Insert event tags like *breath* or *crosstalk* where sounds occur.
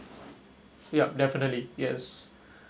yup definitely yes *breath*